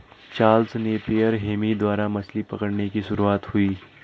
Charles Napier Hemy द्वारा मछली पकड़ने की शुरुआत हुई